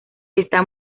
está